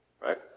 right